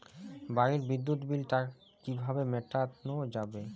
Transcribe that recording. বাড়ির বিদ্যুৎ বিল টা কিভাবে মেটানো যাবে?